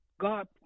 God